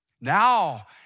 Now